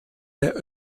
der